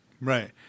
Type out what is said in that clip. Right